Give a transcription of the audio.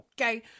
okay